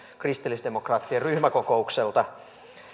kristillisdemokraattien ryhmäkokoukselta